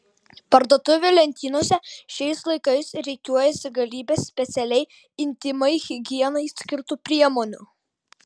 parduotuvių lentynose šiais laikais rikiuojasi galybė specialiai intymiai higienai skirtų priemonių